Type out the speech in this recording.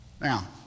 Now